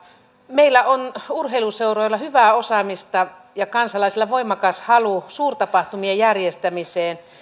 meillä on urheiluseuroilla hyvää osaamista ja kansalaisilla voimakas halu suurtapahtumien järjestämiseen